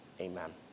Amen